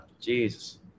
Jesus